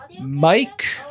Mike